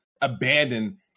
abandon